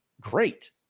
great